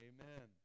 Amen